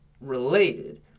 related